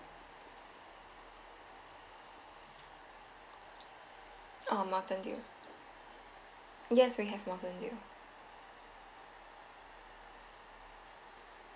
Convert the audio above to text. ah mountain dew yes we have mountain dew